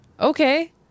Okay